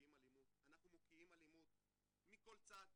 מוקיעים אלימות מכל צד,